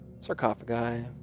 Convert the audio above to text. Sarcophagi